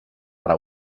ara